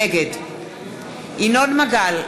נגד ינון מגל,